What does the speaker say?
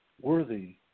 worthy